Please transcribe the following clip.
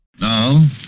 Now